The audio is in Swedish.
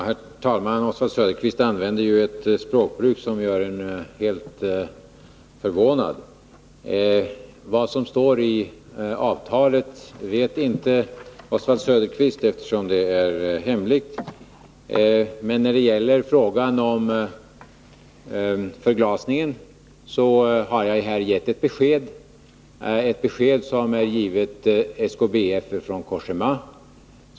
Herr talman! Oswald Söderqvist använder ett språkbruk som gör mig förvånad. Oswald Söderqvist vet inte vad som står i avtalet, eftersom det är hemligt. Men när det gäller förglasningen har jag här redovisat det besked som SKBF har fått från Cogéma.